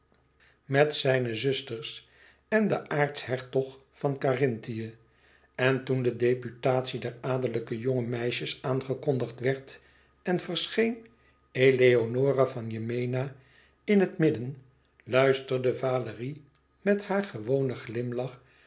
met zijne zusters en de aartshertog van karinthië en toen de deputatie der adellijke jonge meisjes aangekondigd werd en verscheen eleonore van yemena in het midden luisterde valérie met haar gewonen glimlach